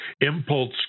Impulse